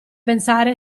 pensare